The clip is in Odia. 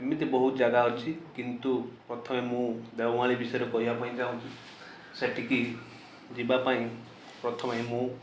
ଏମିତି ବହୁତ ଜାଗା ଅଛି କିନ୍ତୁ ପ୍ରଥମେ ମୁଁ ଦେଓମାଳି ବିଷୟରେ କହିବା ପାଇଁ ଚାହୁଁଛି ସେଠିକି ଯିବା ପାଇଁ ପ୍ରଥମେ ମୁଁ